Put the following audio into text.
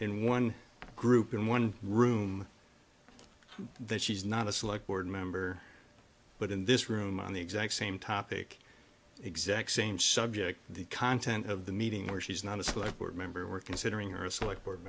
in one group in one room that she's not a select board member but in this room on the exact same topic exact same subject the content of the meeting or she's not a select board member we're considering or a select board